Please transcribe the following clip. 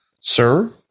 Sir